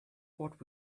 what